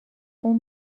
اون